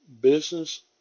business